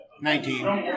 nineteen